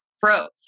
froze